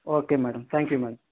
okay madam thank you madam